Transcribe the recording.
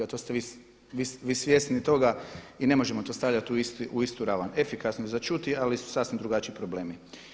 To ste vi svjesni toga i ne možemo to stavljati u istu ravan, efikasnost za čuti, ali su sasvim drugačiji problemi.